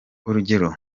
urugero